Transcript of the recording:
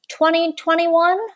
2021